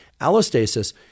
Allostasis